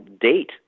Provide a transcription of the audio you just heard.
date